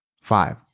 Five